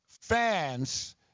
fans